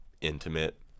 intimate